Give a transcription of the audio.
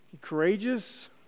Courageous